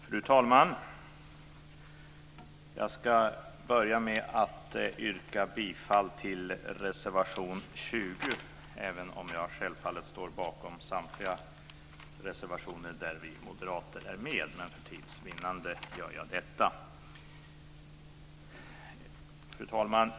Fru talman! Jag ska börja med att yrka bifall till reservation 20, även om jag självfallet står bakom samtliga reservationer där vi moderater finns med. Men för tids vinnande gör jag detta. Fru talman!